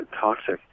toxic